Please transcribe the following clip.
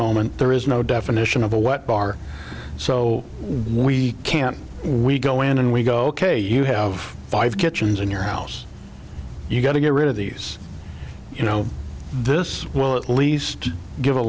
moment there is no definition of a wet bar so we can't we go in and we go ok you have five kitchens in your house you've got to get rid of these you know this well at least give